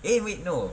eh wait no